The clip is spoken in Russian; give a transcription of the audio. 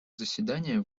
заседание